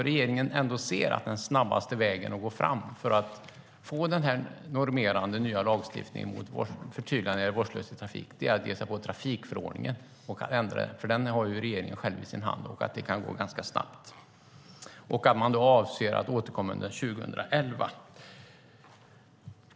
Regeringen ser att den snabbaste vägen för att få det normerande nya förtydligandet mot vårdslöshet i trafiken är att ändra i trafikförordningen. Det har regeringen själv i sin hand, så det kan gå ganska snabbt. Man avser enligt skrivelsen att återkomma under 2013.